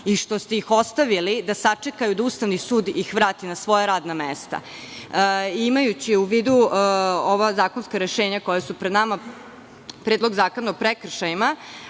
i što ste ih ostavili da sačekaju da ih Ustavni sud vrati na svoja radna mesta. Imajući u vidu ova zakonska rešenja koja su pred nama, Predlog zakona o prekršajima